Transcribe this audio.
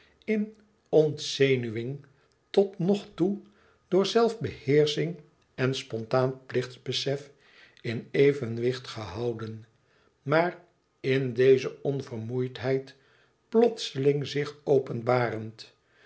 in ontzenuwing totnogtoe door zelfbeheersching en spontaan plichtsbesef in evenwicht gehouden maar in deze oververmoeidheid plotseling zich